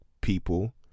people